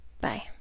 Bye